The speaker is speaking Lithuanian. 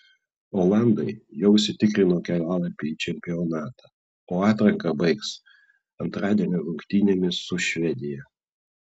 olandai jau užsitikrino kelialapį į čempionatą o atranką baigs antradienio rungtynėmis su švedija